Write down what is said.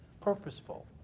Purposeful